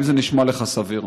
האם זה נשמע לך סביר?